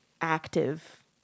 active